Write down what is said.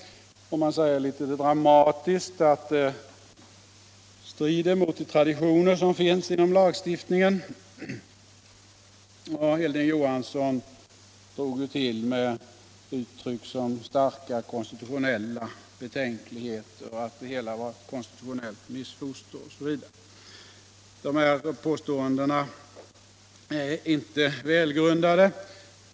Man säger litet dramatiskt att det strider mot de traditioner som finns inom lagstiftningen. Hilding Johansson drog till med uttryck som ”starka konstitutionella betänkligheter” och sade att det hela var ett ”konstitutionellt missfoster”, osv. Dessa påståenden är inte välgrundade.